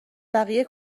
بقیه